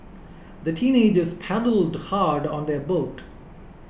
the teenagers paddled hard on their boat